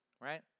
right